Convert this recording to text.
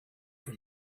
for